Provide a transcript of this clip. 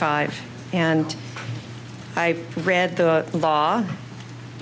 five and i read the law